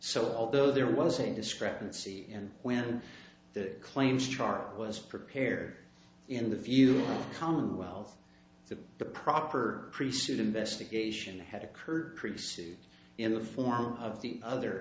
so although there was a discrepancy and when the claim charge was prepared in the view commonwealth the proper priesthood investigation had occurred pretty soon in the form of the other